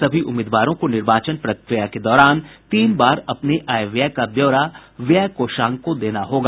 सभी उम्मीदवारों को निर्वाचन प्रक्रिया के दौरान तीन बार अपने आय व्यय का ब्यौरा व्यय कोषांग को देना होगा